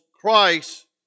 Christ